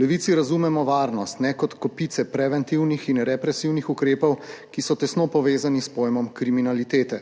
ne razumemo kot kopico preventivnih in represivnih ukrepov, ki so tesno povezani s pojmom kriminalitete.